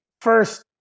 first